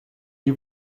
die